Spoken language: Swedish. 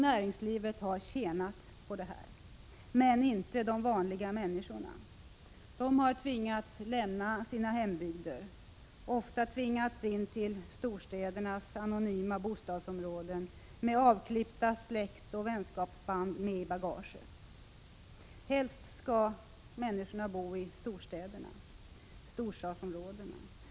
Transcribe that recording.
Näringslivet har tjänat på det men inte de vanliga människorna. De har tvingats lämna sina hembygder, de har ofta tvingats in till storstädernas anonyma bostadsområden med avklippta släktoch vänskapsband i bagaget. Helst skall människor bo i storstadsområden.